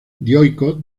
dioicos